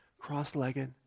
cross-legged